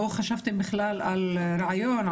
לא חשבתם בכלל על רעיון,